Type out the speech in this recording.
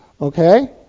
Okay